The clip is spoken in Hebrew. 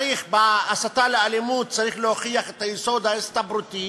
בהסתה לאלימות צריך להוכיח את היסוד ההסתברותי